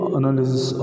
analysis